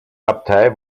abtei